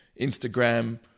Instagram